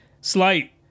slight